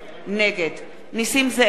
נגד נסים זאב,